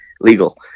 legal